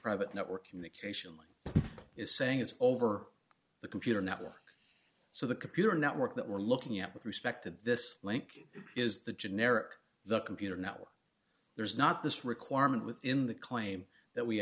private network communication is saying is over the computer network so the computer network that we're looking at with respect to this link is the generic the computer network there's not this requirement within the claim that we